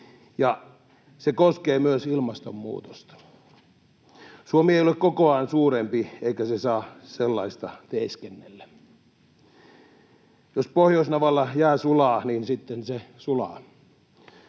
se koskee myös ilmastonmuutosta. Suomi ei ole kokoaan suurempi, eikä se saa sellaista teeskennellä. Jos pohjoisnavalla jää sulaa, niin sitten se sulaa.